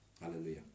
Hallelujah